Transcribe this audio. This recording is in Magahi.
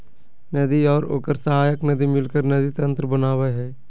नदी और ओकर सहायक नदी मिलकर नदी तंत्र बनावय हइ